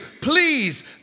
Please